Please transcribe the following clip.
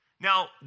Now